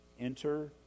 enter